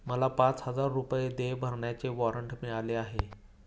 मला पाच हजार रुपये देय भरण्याचे वॉरंट मिळाले आहे